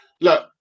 look